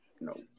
No